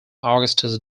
augustus